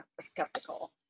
skeptical